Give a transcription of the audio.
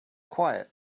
quiet